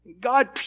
God